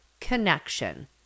connection